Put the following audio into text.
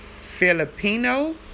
Filipino